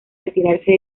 retirarse